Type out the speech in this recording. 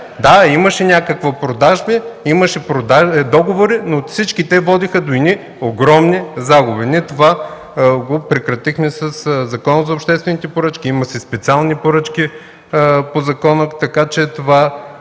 Да, имаше някакви продажби, имаше договори, но всички те водеха до едни огромни загуби. Ние това го прекратихме със Закона за обществените поръчки. Има си и специални поръчки по закона, така че това